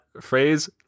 phrase